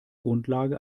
grundlage